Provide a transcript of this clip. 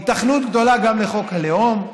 היתכנות גדולה גם לחוק הלאום.